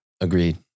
Agreed